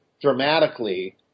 dramatically